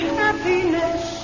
happiness